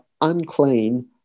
unclean